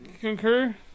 Concur